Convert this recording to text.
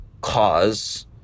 cause